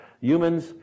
humans